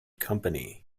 company